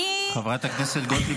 זה בגללך.